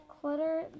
Clutter